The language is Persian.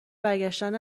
برگشتن